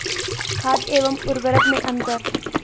खाद एवं उर्वरक में अंतर?